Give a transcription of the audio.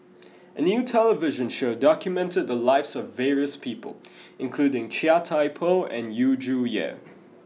a new television show documented the lives of various people including Chia Thye Poh and Yu Zhuye